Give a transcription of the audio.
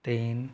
तीन